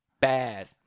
bad